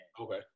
Okay